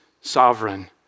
sovereign